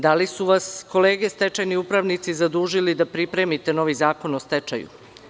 Da li su vas kolege stečajni upravnici zadužili da pripremite novi zakon o stečaju?